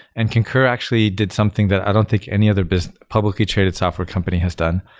and concur actually did something that i don't think any other but publicly traded software company has done.